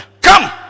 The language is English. Come